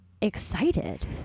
excited